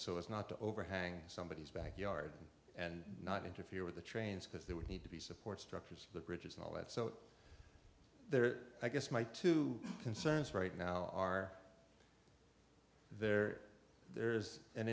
as not to overhang somebody's backyard and not interfere with the trains because there would need to be support structures the bridges and all that so they're i guess my two concerns right now are there there's an